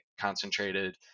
concentrated